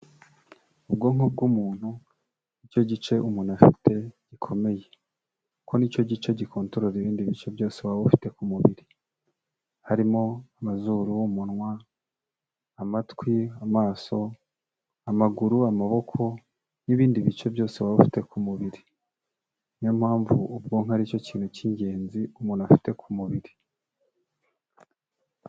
Ubwonko bw'umuntu ni cyo gice umuntu afite gikomeye. Kuko ni cyo gice gikontorora ibindi bice byose waba ufite ku mubiri, harimo amazuru, umunwa, amatwi, amaso, amaguru, amaboko n'ibindi bice byose waba afite ku mubiri. Ni yo mpamvu ubwonko ari cyo kintu cy'ingenzi umuntu afite ku mubiri.